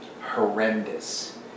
horrendous